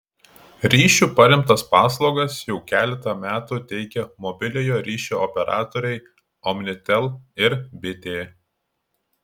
ryšiu paremtas paslaugas jau keletą metų teikia mobiliojo ryšio operatoriai omnitel ir bitė